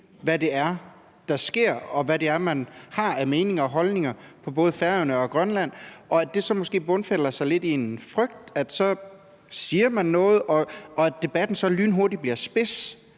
hvad det er, der sker, og hvad det er, man har af meninger og holdninger på både Færøerne og Grønland, og det bunder så måske lidt i en frygt for, at man siger noget, hvorefter debatten så lynhurtigt bliver spids.